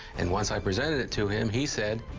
and once i presented it to him, he said,